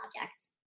objects